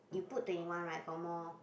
you put twenty one right got more